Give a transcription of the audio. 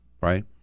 right